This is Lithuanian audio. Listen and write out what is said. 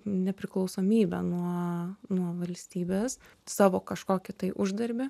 nepriklausomybę nuo nuo valstybės savo kažkokį tai uždarbį